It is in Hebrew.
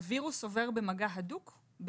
הווירוס עובר במגע הדוק,